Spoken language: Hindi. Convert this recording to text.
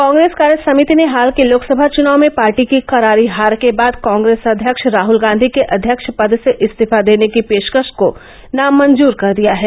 कांग्रेस कार्य समिति ने हाल के लोकसभा चुनाव में पार्टी की करारी हार के बाद कांग्रेस अध्यक्ष राहुल गांधी के अध्यक्ष पद से इस्तीफा देने की पेशकश को नामंजूर कर दिया है